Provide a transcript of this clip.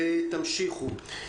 ותמשיכו.